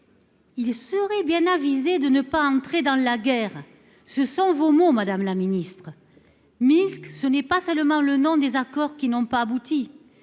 Ils seraient bien avisés de ne pas entrer dans la guerre. » Ce sont vos propres mots, madame la ministre. Minsk, ce n'est pas seulement le nom d'accords qui n'ont pas abouti,